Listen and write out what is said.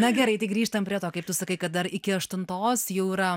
na gerai tai grįžtam prie to kaip tu sakai kad dar iki aštuntos jau yra